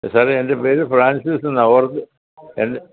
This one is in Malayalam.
സാറേ എൻ്റെ പേര് ഫ്രാൻസിസ് എന്നാണ് ഓർക്ക് എൻറെ